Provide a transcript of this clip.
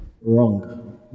Wrong